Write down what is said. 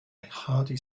hearty